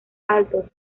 altos